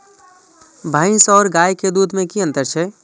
भैस और गाय के दूध में कि अंतर छै?